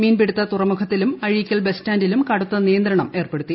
മീൻപിടുത്ത തുറമുഖത്തിലും അഴീക്കൽ ബസ്സ്റ്റാൻഡിലും കടുത്ത നിയന്ത്രണം ഏർപ്പെടുത്തി